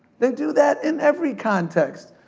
they do that in every context.